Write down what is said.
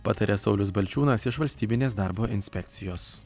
pataria saulius balčiūnas iš valstybinės darbo inspekcijos